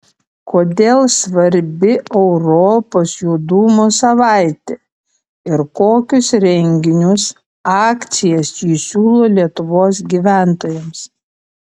kodėl svarbi europos judumo savaitė ir kokius renginius akcijas ji siūlo lietuvos gyventojams